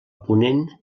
ponent